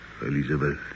Elizabeth